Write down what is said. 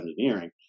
engineering